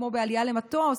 כמו בעלייה למטוס,